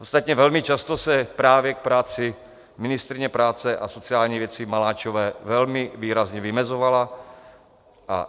Ostatně velmi často se právě k práci ministryně práce a sociálních věcí Maláčové velmi výrazně vymezovala.